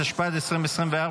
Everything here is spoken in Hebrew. התשפ"ד-2024,